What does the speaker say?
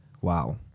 Wow